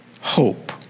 hope